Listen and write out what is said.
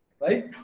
Right